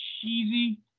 cheesy